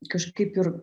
kažkaip ir